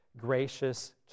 gracious